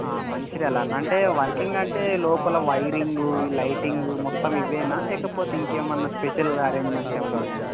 మంచిర్యాలనా అంటే వర్కింగ్ అంటే లోపల వైరింగ్ ఈ లైటింగ్ మొత్తం ఇవేనా లేకపోతే ఇంకేమన్నా స్పెషల్ అరేంజ్మెంట్స్ ఏమన్నా ఉన్నాయా